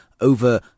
over